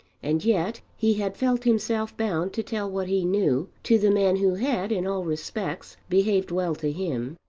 and yet he had felt himself bound to tell what he knew to the man who had in all respects behaved well to him.